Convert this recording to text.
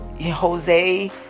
jose